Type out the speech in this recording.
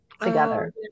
together